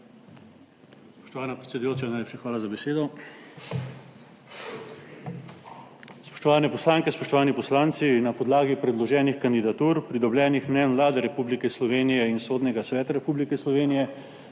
Spoštovana predsedujoča, najlepša hvala za besedo. Spoštovane poslanke, spoštovani poslanci! Na podlagi predloženih kandidatur, pridobljenih mnenj Vlade Republike Slovenije in Sodnega sveta Republike Slovenije